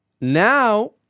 Now